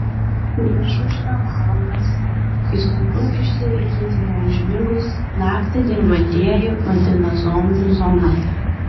priešaušrio valandas kai sunku išsilaikyti neužmigus naktį dirbantieji vadina zombių zona